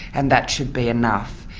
and that should be enough.